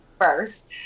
first